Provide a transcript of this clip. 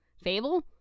Fable